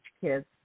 kids